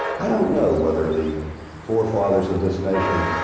i don't know whether the forefathers of this nation